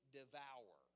devour